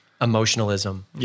emotionalism